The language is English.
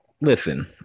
Listen